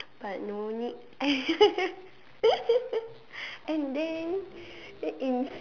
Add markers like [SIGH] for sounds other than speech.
but no need [LAUGHS] and then in